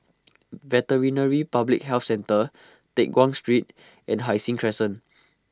Veterinary Public Health Centre Teck Guan Street and Hai Sing Crescent